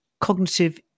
cognitive